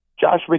Josh